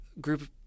group